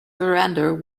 verandah